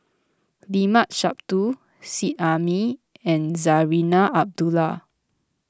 Limat Sabtu Seet Ai Mee and Zarinah Abdullah